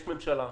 יש ממשלה,